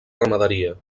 ramaderia